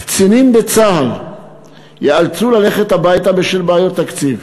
קצינים בצה"ל ייאלצו ללכת הביתה בשל בעיות תקציב.